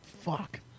fuck